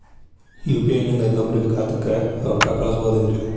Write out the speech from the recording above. UPI ನಿಂದ ಇನ್ನೊಬ್ರ ಖಾತೆಗೆ ರೊಕ್ಕ ಕಳ್ಸಬಹುದೇನ್ರಿ?